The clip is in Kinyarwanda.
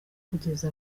kugeza